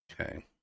Okay